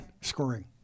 scoring